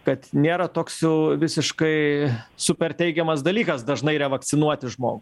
kad nėra toks jau visiškai super teigiamas dalykas dažnai revakcinuoti žmogų